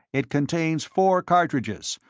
it contains four cartridges,